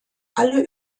alle